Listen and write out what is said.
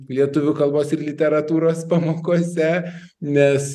lietuvių kalbos ir literatūros pamokose nes